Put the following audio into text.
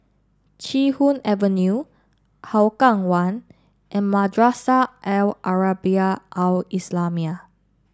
Chee Hoon Avenue Hougang One and Madrasah Al Arabiah Al Islamiah